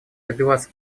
добиваться